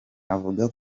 avuga